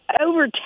over